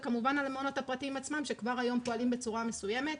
וכמובן על המעונות הפרטיים עצמם שכבר היום פועלים בצורה מסוימת,